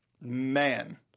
man